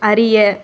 அறிய